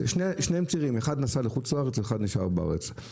שניהם צעירים אחד נסע לחוץ לארץ ואחד נשאר בארץ.